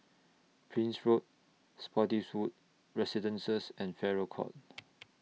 Prince Road Spottiswoode Residences and Farrer Court